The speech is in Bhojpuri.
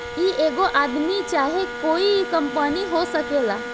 ई एगो आदमी चाहे कोइ कंपनी हो सकेला